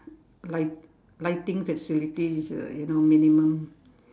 light~ lighting facility is uh you know minimum